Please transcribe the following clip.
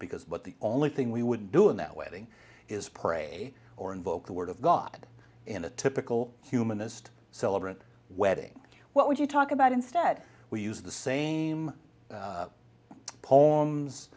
because but the only thing we would do in that wedding is pray or invoke the word of god in a typical humanist celebrant wedding what would you talk about instead we use the same poems